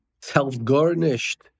self-garnished